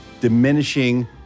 diminishing